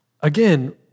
Again